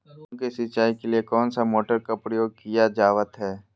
गेहूं के सिंचाई के लिए कौन सा मोटर का प्रयोग किया जावत है?